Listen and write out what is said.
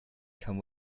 come